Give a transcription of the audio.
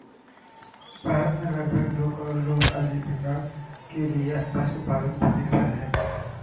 भारत में लगभग दू करोड़ लोग आजीविका के लिये पशुपालन पर निर्भर हइ